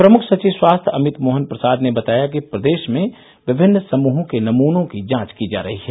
प्रमुख सचिव स्वास्थ्य अमित मोहन प्रसाद ने बताया कि प्रदेश में विभिन्न समूहों के नमनों की जांच की जा रही है